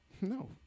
no